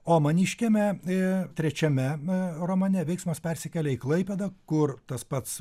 o maniškiame i trečiame i romane veiksmas persikelia į klaipėdą kur tas pats